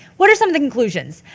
what are some of the conclusions?